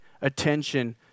attention